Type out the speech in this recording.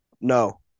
No